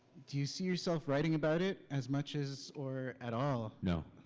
do you see yourself writing about it, as much as. or at all? no.